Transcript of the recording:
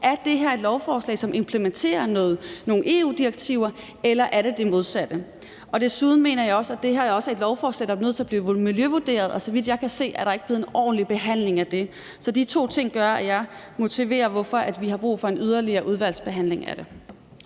Er det her et lovforslag, som implementerer nogle EU-direktiver, eller er det det modsatte? Desuden mener jeg også, at det her er et lovforslag, der er nødt til at blive miljøvurderet, og så vidt jeg kan se, har der ikke været en ordentlig behandling af det. Så de to ting gør, at jeg motiverer, hvorfor vi har brug for en yderligere udvalgsbehandling af det.